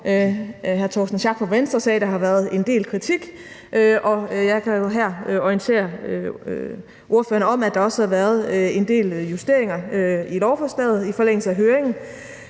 hr. Torsten Schack fra Venstre sagde, at der har været en del kritik, og jeg kan jo her orientere ordførerne om, at der også har været en del justeringer af lovforslaget i forlængelse af høringen,